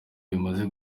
bimaze